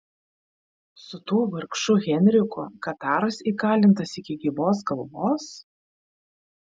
su tuo vargšu henriku kataras įkalintas iki gyvos galvos